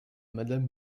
madame